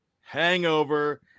hangover